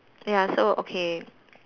ya so okay